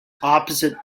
opposite